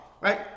right